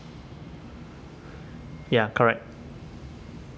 ya correct